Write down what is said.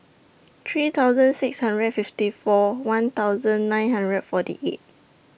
three thousand six hundred and fifty four one thousand nine hundred and forty eight